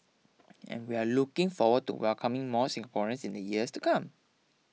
and we're looking forward to welcoming more Singaporeans in the years to come